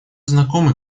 знакомы